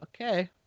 Okay